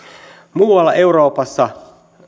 muualla euroopassa